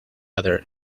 other